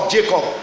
Jacob